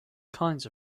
kinds